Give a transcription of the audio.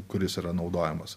kuris yra naudojamas